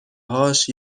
هاش